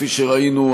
כפי שראינו,